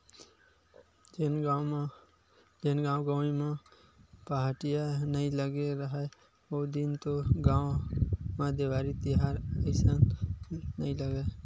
जेन गाँव गंवई म पहाटिया नइ लगे राहय ओ दिन तो गाँव म देवारी तिहार असन नइ लगय,